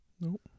Nope